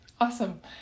Awesome